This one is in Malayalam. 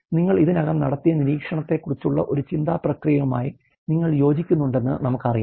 നിങ്ങൾ ഇതിനകം നടത്തിയ നിരീക്ഷണത്തെക്കുറിച്ചുള്ള ഒരു ചിന്താ പ്രക്രിയയുമായി നിങ്ങൾ യോജിക്കുന്നുണ്ടെന്ന് നമുക്ക് അറിയാം